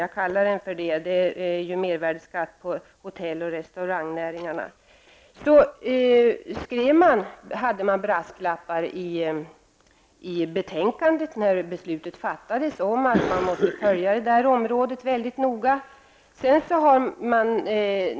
Jag kallar den för detta, men det är ju en mervärdeskatt på hotell och restaurangnäringarna. När beslutet fattades fanns det brasklappar i betänkandet om att detta område måste följas mycket noga.